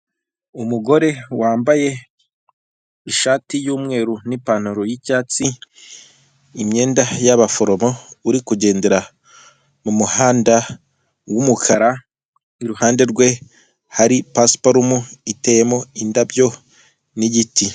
Umugore wambaye ishati y'umweru nipantaro y'icyatsi imyenda yabaforomo uri kugendera m'umuhanda w'umukara, iruhande rwe hari pasuparumu iteyemo indabyo n'igiti.